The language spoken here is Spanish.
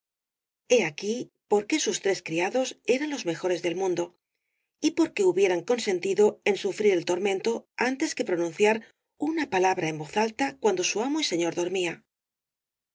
e aquí por qué sus tres criados eran los mejores del mundo y por qué hubieran consentido en sufrir el tormento antes que pronunciar una palabra en voz alta cuando su amo y señor dormía